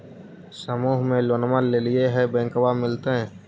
समुह मे लोनवा लेलिऐ है बैंकवा मिलतै?